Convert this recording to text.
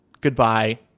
Goodbye